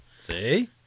See